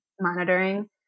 monitoring